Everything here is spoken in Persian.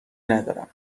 ندارم